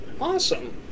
Awesome